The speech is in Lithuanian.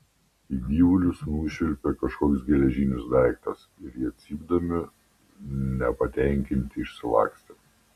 į gyvulius nušvilpė kažkoks geležinis daiktas ir jie cypdami nepatenkinti išsilakstė